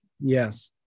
Yes